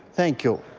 thank you.